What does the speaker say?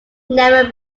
never